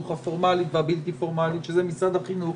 הפורמאלי והבלתי פורמאלי שזה משרד החינוך,